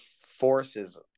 forces